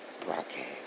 broadcast